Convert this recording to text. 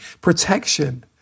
protection